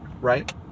right